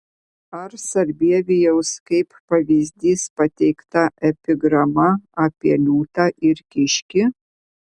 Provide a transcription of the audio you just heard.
ar sarbievijaus kaip pavyzdys pateikta epigrama apie liūtą ir kiškį